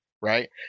right